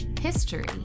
history